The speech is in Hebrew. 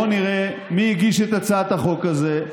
בואו נראה מי הגיש את הצעת החוק הזו.